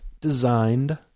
designed